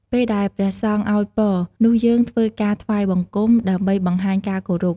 ពេលដែលព្រះសង្ឃអោយពរ នោះយើងធ្វើការថ្វាយបង្គំ ដើម្បីបង្ហាញការគោរព។